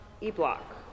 e-block